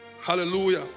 hallelujah